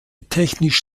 technisch